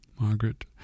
Margaret